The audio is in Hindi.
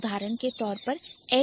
उदाहरण के तौर पर HTML